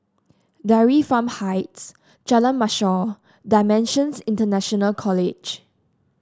Dairy Farm Heights Jalan Mashor Dimensions International College